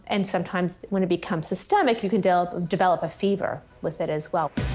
and sometimes when it becomes systemic you can develop develop a fever with it as well.